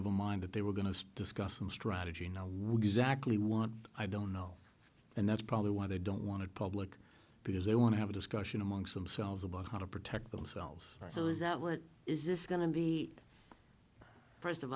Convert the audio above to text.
of a mind that they were going to discuss some strategy now would exactly want i don't know and that's probably why they don't want to public because they want to have a discussion amongst themselves about how to protect themselves so is that what is this going to be first of